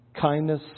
kindness